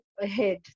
ahead